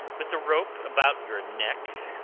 with the rope about your neck,